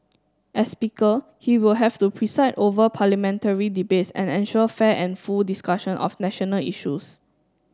as Speaker he will have to preside over Parliamentary debates and ensure fair and full discussion of national issues